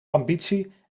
ambitie